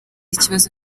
ikibazo